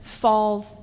falls